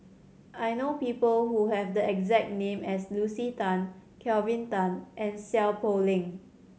I know people who have the exact name as Lucy Tan Kelvin Tan and Seow Poh Leng